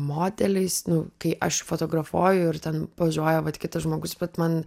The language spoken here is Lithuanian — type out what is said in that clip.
modeliais nu kai aš fotografuoju ir ten pozuoja vat kitas žmogus bet man